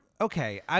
Okay